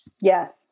Yes